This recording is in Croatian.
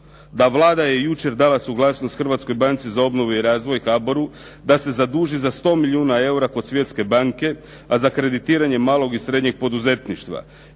da Vlada je jučer dala suglasnost Hrvatskoj banci za obnovu i razvoj, HBOR-u da se zaduži za 100 milijuna eura kod Svjetske banke, a za kreditiranje malog i srednjeg poduzetništva.